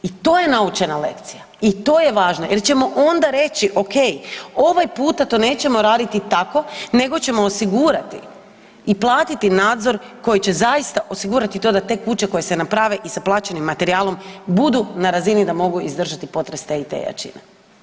I to je naučena lekcija i to je važno jer ćemo onda reći okej, ovaj puta to nećemo raditi tako nego ćemo osigurati i platiti nadzor koji će zaista osigurati to da te kuće koje se naprave i sa plaćenim materijalom budu na razini da mogu izdržati potres te i te jačine.